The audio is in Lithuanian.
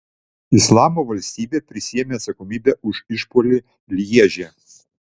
islamo valstybė prisiėmė atsakomybę už išpuolį lježe